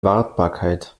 wartbarkeit